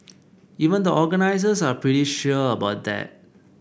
even the organisers are pretty sure about that